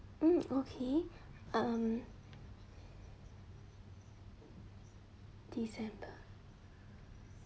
mm okay um december